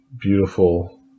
beautiful